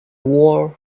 war